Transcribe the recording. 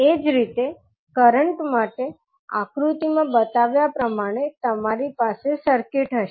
એ જ રીતે કરંટ માટે આકૃતિમાં બતાવ્યા પ્રમાણે તમારી પાસે સર્કિટ હશે